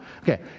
Okay